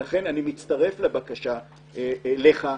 ולכן אני מצטרף לבקשה אליך.